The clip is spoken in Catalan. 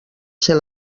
ser